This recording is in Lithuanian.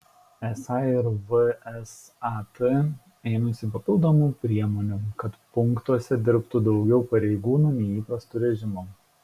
esą ir vsat ėmėsi papildomų priemonių kad punktuose dirbtų daugiau pareigūnų nei įprastu režimu